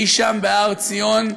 אי-שם בהר-ציון,